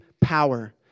power